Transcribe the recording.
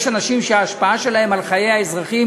יש אנשים שההשפעה שלהם על חיי האזרחים